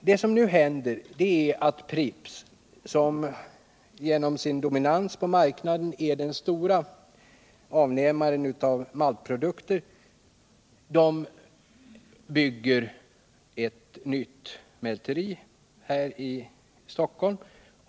Det som nu händer är att Pripps, som genom sin dominans på marknaden är den största avnämaren av maltprodukter, bygger ett nytt mälteri här i Stockholm.